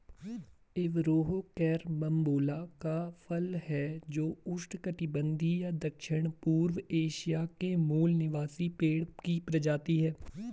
Averrhoa carambola का फल है जो उष्णकटिबंधीय दक्षिणपूर्व एशिया के मूल निवासी पेड़ की प्रजाति है